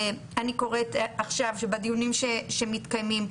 אני קוראת עכשיו בדיונים שמתקיימים,